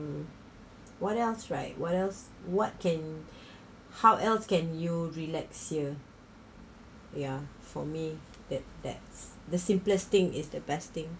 what else right what else what can how else can you relax here ya for me that that's the simplest thing is the best thing